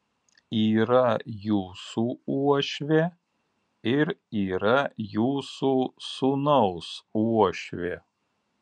yra jūsų uošvė ir yra jūsų sūnaus uošvė